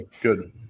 Good